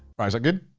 right. is that good?